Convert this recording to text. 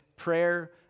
prayer